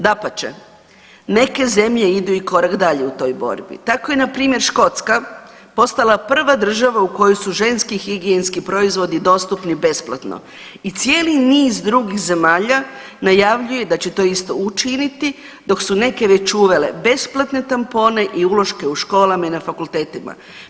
Dapače, neke zemlje idu i korak dalje u toj borbi, tako je npr. Škotska postala prva država u kojoj su ženski higijenski proizvodi dostupni besplatno i cijeli niz drugih zemalja najavljuje da će to isto učiniti dok su neke već uvele besplatne tampone i uloške u školama i na fakultetima.